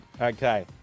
Okay